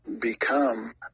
become